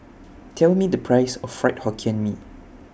Tell Me The Price of Fried Hokkien Mee